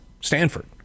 stanford